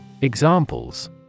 Examples